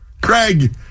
Craig